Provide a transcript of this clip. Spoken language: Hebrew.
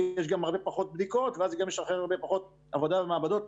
כי יש גם הרבה פחות בדיקות ואז גם יש פחות עבודה במעבדות.